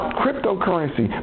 cryptocurrency